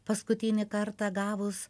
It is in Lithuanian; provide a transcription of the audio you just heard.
paskutinį kartą gavus